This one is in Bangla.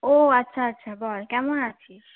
ও আচ্ছা আচ্ছা বল কেমন আছিস